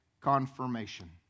confirmation